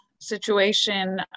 situation